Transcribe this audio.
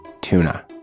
tuna